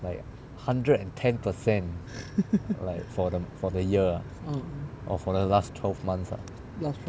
like hundred and ten per cent like for the for the year ah or for the last twelve months ah